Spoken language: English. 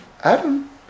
Adam